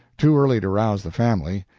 too early to rouse the family.